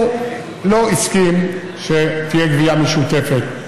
לא הסכים שתהיה גבייה משותפת,